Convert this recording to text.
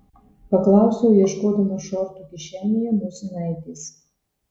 paklausiau ieškodama šortų kišenėje nosinaitės